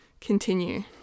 continue